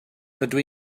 rydw